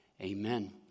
Amen